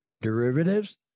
derivatives